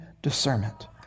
Discernment